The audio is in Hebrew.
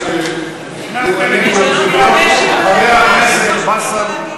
כדי שיהיו אנרגיות חיוביות.